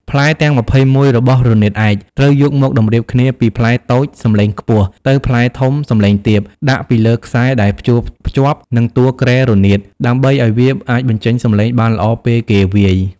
ផ្លែទាំង ២១ របស់រនាតឯក ត្រូវយកមកតម្រៀបគ្នាពីផ្លែតូចសំឡេងខ្ពស់ ទៅផ្លែធំសំឡេងទាប ដាក់ពីលើខ្សែដែលព្យួរភ្ជាប់នឹងតួគ្រែរនាត ដើម្បីឱ្យវាអាចបញ្ចេញសំឡេងបានល្អពេលគេវាយ។